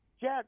Jack